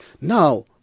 Now